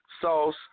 sauce